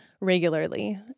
regularly